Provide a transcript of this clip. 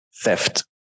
Theft